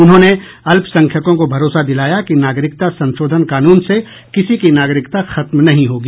उन्होंने अल्पसंख्यकों को भरोसा दिलाया कि नागरिकता संशोधन कानून से किसी की नागरिकता खत्म नहीं होगी